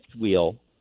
wheel